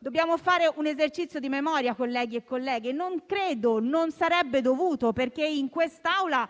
necessario fare un esercizio di memoria, colleghi e colleghe, perché in quest'Aula